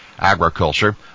Agriculture